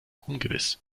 ungewiss